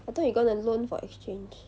I thought you gonna loan for exchange